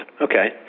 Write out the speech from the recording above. Okay